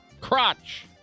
crotch